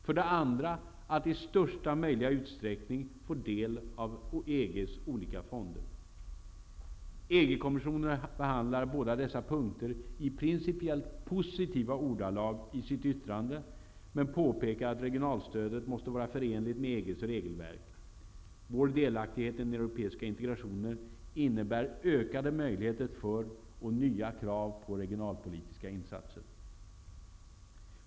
För det andra att i största möjliga utsträckning få del av EG:s olika fonder. EG-kommissionen behandlar båda dessa punkter i principiellt positiva ordalag i sitt yttrande, men påpekar att regionalstödet måste vara förenligt med EG:s regelverk. Vår delaktighet i den europeiska integrationen innebär ökade möjligheter för och nya krav på regionalpolitiska insatser.